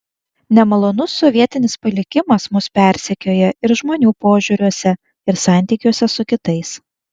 nemalonus sovietinis palikimas mus persekioja ir žmonių požiūriuose ir santykiuose su kitais